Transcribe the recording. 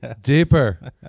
Deeper